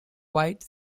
wide